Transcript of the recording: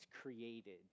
created